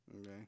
Okay